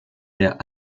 der